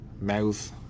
mouth